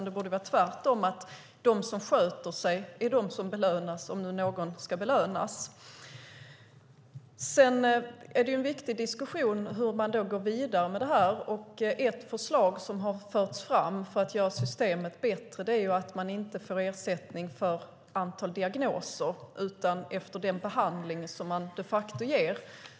Det borde vara tvärtom, att de som sköter sig är de som belönas, om nu någon ska belönas. Sedan är det en viktig diskussion hur man går vidare med det här. Ett förslag som har förts fram för att göra systemet bättre är att man inte får ersättning för antalet diagnoser utan efter den behandling som man de facto ger.